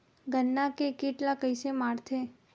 गन्ना के कीट ला कइसे मारथे?